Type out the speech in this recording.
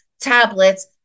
tablets